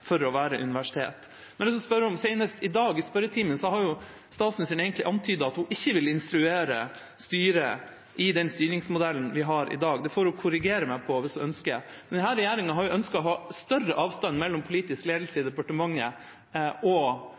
for å være universitet. Jeg har lyst til å spørre: Senest i dag i spørretimen har statsministeren egentlig antydet at hun ikke vil instruere styret i den styringsmodellen vi har i dag – det får hun korrigere meg på hvis hun ønsker. Men denne regjeringa har jo ønsket å ha større avstand mellom politisk ledelse i departementet og